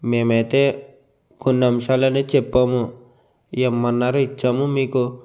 మేమైతే కొన్ని అంశాలనే చెప్పాము ఇమ్మన్నారు ఇచ్చాము మీకు